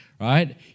Right